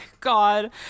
god